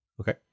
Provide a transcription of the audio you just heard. Okay